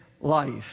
life